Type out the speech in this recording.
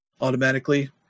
automatically